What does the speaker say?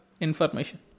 Information